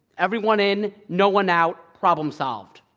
everyone in no one out. problem solved.